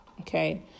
okay